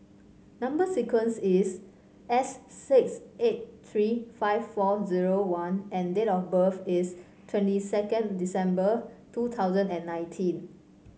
number sequence is S six eight tree five four zero one and date of birth is twenty second December two thousand and nineteen